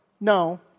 No